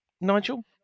Nigel